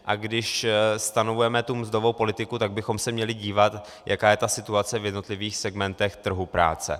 A když stanovujeme tu mzdovou politiku, tak bychom se měli dívat, jaká je situace v jednotlivých segmentech trhu práce.